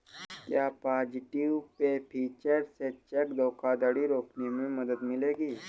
क्या positive pay feature से check धोखाधड़ी रोकने में मदद मिलेगी?